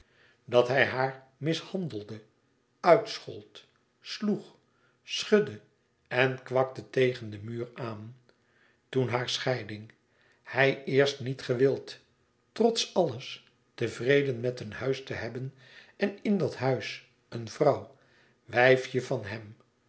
dat hij haar mishandelde uitschold sloeg schudde en kwakte tegen den muur aan toen hare scheiding hij eerst niet gewild trots alles tevreden met een huis te hebben en in dat huis een vrouw wijfje van hèm